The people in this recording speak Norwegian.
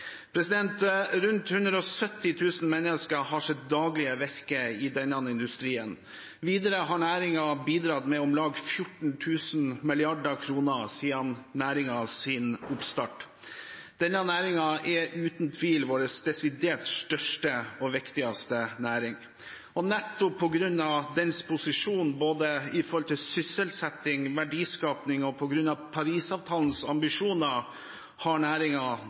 Rundt 170 000 mennesker har sitt daglige virke i denne industrien. Videre har næringen bidratt med om lag 14 000 mrd. kr siden næringen startet opp. Denne næringen er uten tvil vår desidert største og viktigste næring. Nettopp på grunn av dens posisjon når det gjelder sysselsetting og verdiskaping, og på grunn av Parisavtalens ambisjoner, har